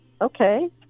Okay